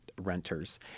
renters